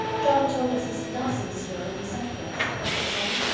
john told us mr. darcy was here when you sent for us was it so?